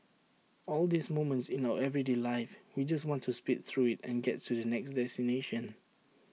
all these moments in our everyday life we just want to speed through IT and get to the next destination